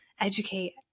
educate